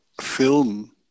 film